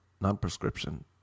non-prescription